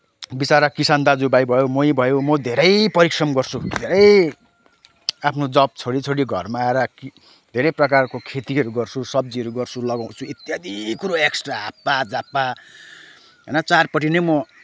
विचरा किसान दाजुभाइ भयो मै भयो म धेरै परिश्रम गर्छु धेरै आफ्नो जब छोडी छोडी घरमा आएर कि धेरै प्रकारको खेतीहरू गर्छु सब्जीहरू गर्छु लगाउँछु इत्यादि कुरो एक्स्ट्रा हाँपझाप होइन चारपट्टि नै म